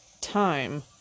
time